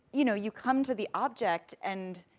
you know, you come to the object, and,